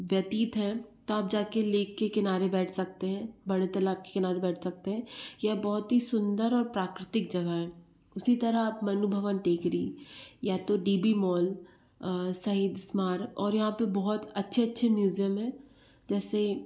व्यतीत है तो आप जाके लेक के किनारे बैठ सकते हैं बड़े तालाब के किनारे बैठ सकते हैं यह बहुत ही सुंदर और प्राकृतिक जगह इस तरह आप मन्नू भवन टेकरी या तो डी बी मॉल सहित स्मार्ट और यहाँ पर बहुत अच्छे अच्छे म्यूजियम है जैसे